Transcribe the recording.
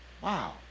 wow